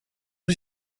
lui